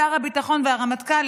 שר הביטחון והרמטכ"ל,